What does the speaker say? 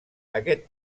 aquest